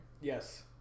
Yes